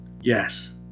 Yes